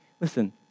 Listen